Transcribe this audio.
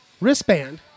wristband